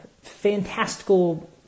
fantastical